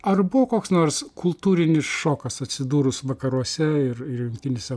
ar buvo koks nors kultūrinis šokas atsidūrus vakaruose ir ir jungtinėse